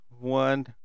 one